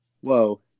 Whoa